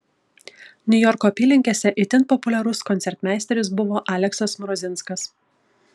niujorko apylinkėse itin populiarus koncertmeisteris buvo aleksas mrozinskas